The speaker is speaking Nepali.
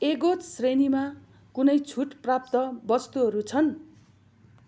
एगोज श्रेणीमा कुनै छुट प्राप्त वस्तुहरू छन्